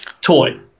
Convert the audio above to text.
toy